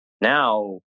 now